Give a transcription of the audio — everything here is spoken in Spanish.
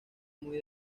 muy